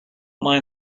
mind